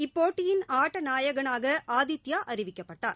இப்போட்டியின் ஆட்ட நாயகனாக ஆதித்யா அறிவிக்கப்பட்டார்